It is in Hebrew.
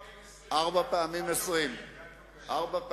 היום החוק הזה הפך לעשיית כל מיני רפורמות.